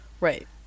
Right